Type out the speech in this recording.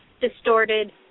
distorted